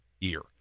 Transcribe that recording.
year